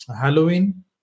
Halloween